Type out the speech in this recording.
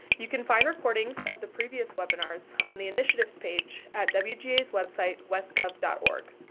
you can find recordings of the previous webinars on the initiatives page at wga's website, westgov org.